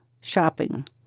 shopping